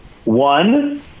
One